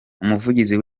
umuvugizi